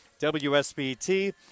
WSBT